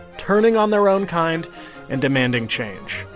turning on their own kind and demanding change.